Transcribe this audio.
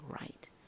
right